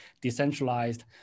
decentralized